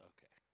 Okay